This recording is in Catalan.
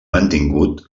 mantingut